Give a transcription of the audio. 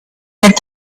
that